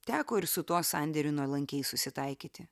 teko ir su tuo sandėriu nuolankiai susitaikyti